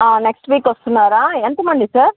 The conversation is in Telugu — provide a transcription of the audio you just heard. నెక్స్ట్ వీక్ వస్తున్నారా ఎంతమంది సార్